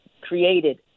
created